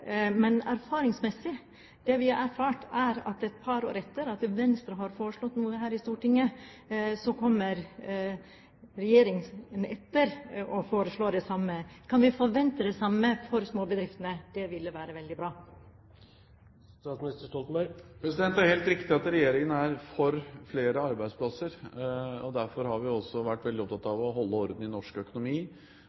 Men det vi har erfart, er at et par år etter at Venstre har foreslått noe her i Stortinget, kommer regjeringen etter og foreslår det samme. Kan vi forvente det samme for småbedriftene? Det ville være veldig bra. Det er helt riktig at regjeringen er for flere arbeidsplasser, og derfor har vi også vært veldig opptatt